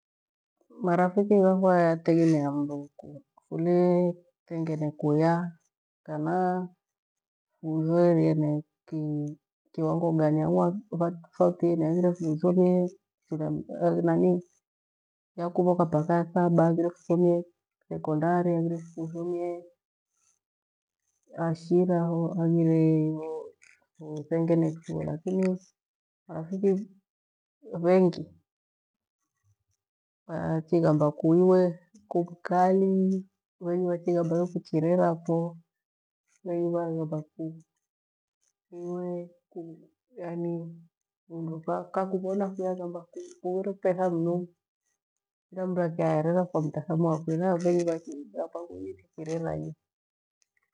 Marafiki ghakwa yategemea mru kule vulethengene kuya kana vuthoirene kiwango gani angiu vatofautiene haghire vuthomie ya kuvoka mpaka ya thaba haghire futhomie thekondari haghire futhomie ashira ho, haghire vuthengene chuo lakini marafiki vengi chaghamba ku iwe ku mkali iwe kucherera fo vengi vaghamba ku iwe ku mruu akakovona kui aghamba kuure petha mnu kila mru akyareara kwa mtathamo wakwe vengi vachighamba inyi thichirera nyi